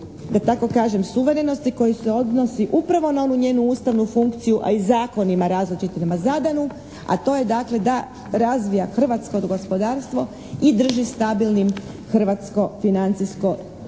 da tako kažem, suverenosti koji se odnosi upravo na onu njenu ustavnu funkciju a i zakonima različitima zadanu, a to je dakle da razvija hrvatsko gospodarstvo i drži stabilnim hrvatsko financijsko tržište.